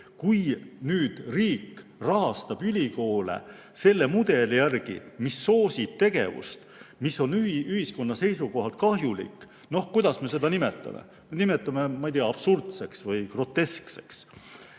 Kui nüüd riik rahastab ülikoole selle mudeli järgi, mis soosib tegevust, mis on ühiskonna seisukohalt kahjulik, siis kuidas me seda nimetame? Nimetame, ei tea, absurdseks või groteskseks.